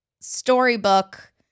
storybook